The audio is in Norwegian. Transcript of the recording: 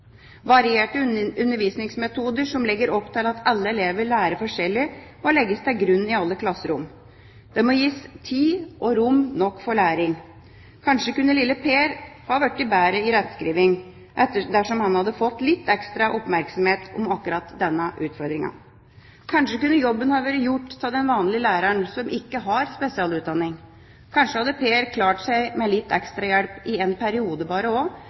Varierte undervisningsmetoder som legger opp til at alle elever lærer forskjellig, må legges til grunn i alle klasserom. Det må gis tid og rom nok for læring. Kanskje kunne lille Per ha blitt bedre i rettskriving dersom han hadde fått litt ekstra oppmerksomhet om akkurat denne utfordringen. Kanskje kunne jobben ha vært gjort av den vanlige læreren som ikke har spesialutdanning. Kanskje hadde Per klart seg med litt ekstra hjelp i en periode bare også, og